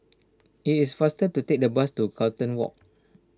it is faster to take the bus to Carlton Walk